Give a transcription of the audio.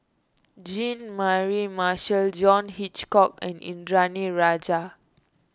Jean Mary Marshall John Hitchcock and Indranee Rajah